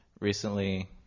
recently